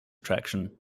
attraction